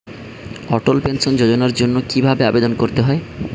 অটল pension যোজনার জন্য কি ভাবে আবেদন করতে হয়?